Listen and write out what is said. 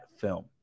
film